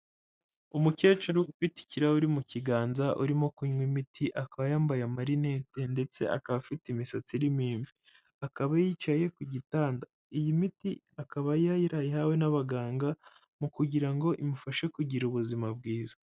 Umukecuru ufite ikirahuri mu kiganza urimo kunywa imiti, akaba yambaye amarinete ndetse akaba afite imisatsi irimo imvi, akaba yicaye ku gitanda, iyi miti akaba yarayihawe n'abaganga mu kugira ngo imufashe kugira ubuzima bwiza.